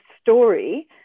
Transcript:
story